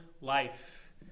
life